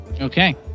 Okay